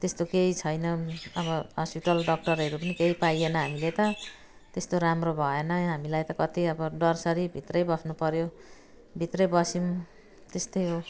त्यस्तो केही छैन अब हस्पिटल डक्टरहरू पनि केही पाइएन हामीले त त्यस्तो राम्रो भएनै हामीलाई त कति अब डरसरीभित्रै बस्नुपर्यो भित्रै बस्यौँ त्यस्तै हो